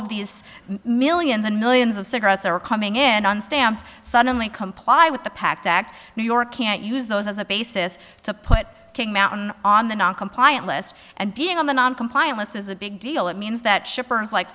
of these millions and millions of cigarettes are coming in on stamps suddenly comply with the pact act new york can't use those as a basis to put king mountain on the non compliant list and being on the non compliant list is a big deal it means that shippers like